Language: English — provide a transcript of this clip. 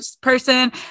person